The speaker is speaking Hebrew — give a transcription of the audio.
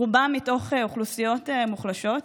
רובם מתוך אוכלוסיות מוחלשות,